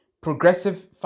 progressive